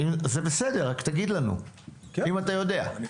זה בסדר, רק תגיד לנו, אם אתה יודע.